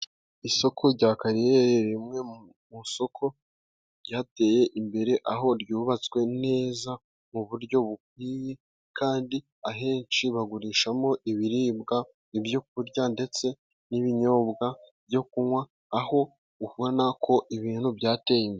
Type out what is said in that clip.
Isoko rya kariyeri ni rimwe mu masoko ryateye imbere ,aho ryubatswe neza, mu buryo bukwiye kandi ahenshi bagurishamo ibiribwa ibyo kurya ndetse n'ibinyobwa byo kunywa ,aho ubona ko ibintu byateye imbere.